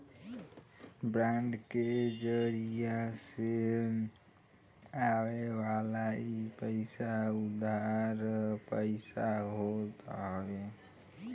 bond के जरिया से आवेवाला इ पईसा उधार पईसा होत हवे